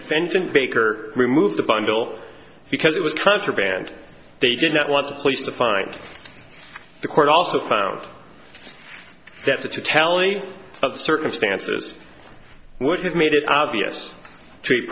defendant baker removed the bundle because it was contraband they did not want the police to find the court also found that the tally of the circumstances would have made it obvious treat